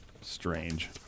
Strange